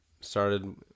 started